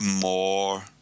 more